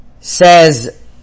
says